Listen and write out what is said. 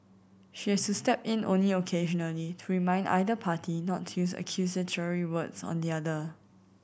she has step in only occasionally to remind either party not to use accusatory words on the other